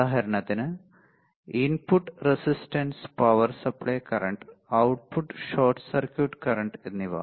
ഉദാഹരണത്തിന് input resistance power supply current output short circuit current എന്നിവ